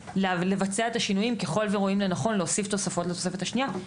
לבצע את השינויים ככל שרואים לנכון להוסיף תוספות לתוספת השנייה.